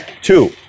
Two